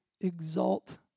Exalt